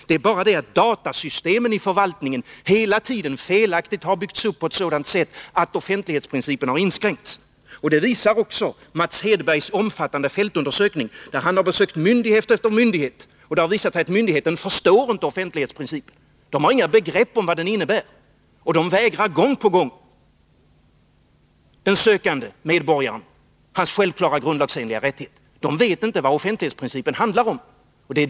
Det är bara det att datasystemen i förvaltningen hela tiden felaktigt har byggts upp på ett sådant sätt att offentlighetsprincipen har inskränkts. Detta visar också Mats Hedbergs omfattande fältundersökning. Han har besökt myndighet efter myndighet, och det har visat sig att dessa myndigheter inte förstår offentlighetsprincipen. De har inte något begrepp om vad denna princip innebär, och de vägrar gång på gång den sökande medborgaren hans självklara grundlagsenliga rättigheter. De vet inte vad offentlighetsprincipen handlar om.